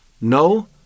no